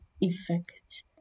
effect